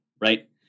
right